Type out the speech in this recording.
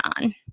on